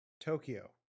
tokyo